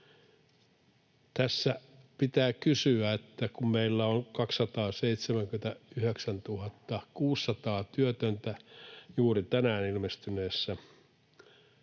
Tässä pitää kysyä, että kun meillä on 279 600 työtöntä juuri tänään ilmestyneessä